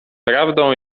prawdą